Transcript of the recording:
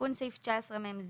תיקון סעיף 19מז